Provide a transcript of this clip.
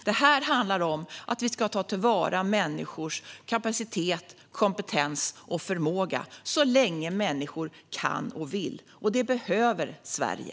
Det handlar om att vi ska ta till vara människors kapacitet, kompetens och förmåga så länge människor kan och vill. Det behöver Sverige.